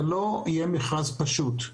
זה לא יהיה מכרז פשוט,